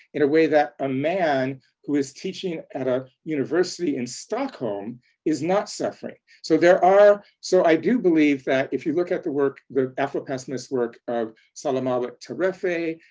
in a way that a man who is teaching at a university in stockholm is not suffering. so there are so i do believe that if you look at the work, the afropessimist work of selamawit terrefe,